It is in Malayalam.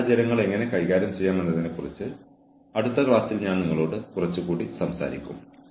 കൂടാതെ ഇനിവരുന്ന പ്രഭാഷണത്തിൽ ഞാൻ നിങ്ങളോട് കുറച്ച് കൂടി സംസാരിക്കും